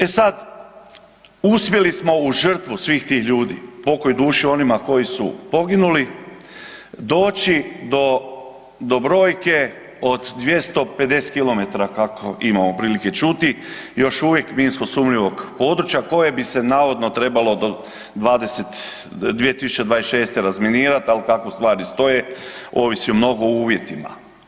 E sad, uspjeli smo uz žrtvu svih tih ljudi, pokoj duši onima koji su poginuli, doći do brojke od 250 km kako imamo prilike čuti još uvijek minsko sumnjivog područja koje bi se navodno trebalo do 2026. razminirati, ali kako stvari stoje ovisi o mnogo uvjetima.